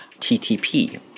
TTP